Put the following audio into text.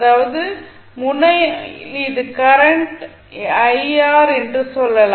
அதாவது முனையில் இது கரண்ட் என்று சொல்லலாம்